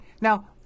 Now